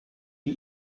wie